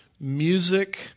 music